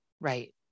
Right